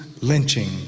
lynching